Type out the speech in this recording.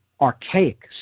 archaic